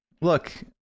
look